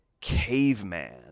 caveman